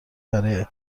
برای